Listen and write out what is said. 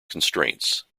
constraints